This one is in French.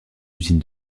usine